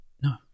No